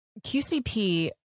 QCP